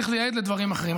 צריך ליעד לדברים אחרים.